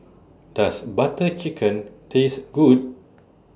Does Butter Chicken Taste Good